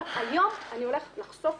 יש שלושה ערכים מוגנים, אני אדבר עליהם אחר כך.